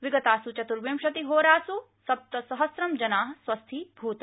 विगतासु चतुर्विंशतिहोरासु सप्तसहस्र जना स्वस्थीभूता